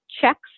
Checks